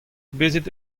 bezit